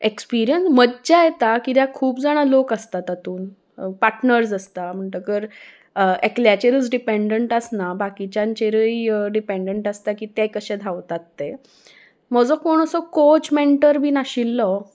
experience मज्जा येता कद्याक खूब जाणा लोक आसता तातूंत पार्टनर्स आसता म्हणटकर एकल्याचेरूच डिपेंडंट आसना बाकिच्यांचेरूय डिपेंडंट आसता की ते कशे धांवतात ते म्हजो कोण असो कोच मेंटर बी नाशिल्लो